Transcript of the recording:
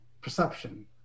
perception